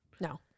No